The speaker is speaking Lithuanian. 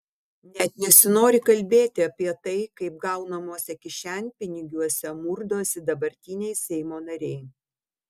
net nesinori kalbėti apie tai kaip gaunamuose kišenpinigiuose murdosi dabartiniai seimo nariai